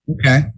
Okay